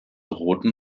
roten